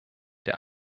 der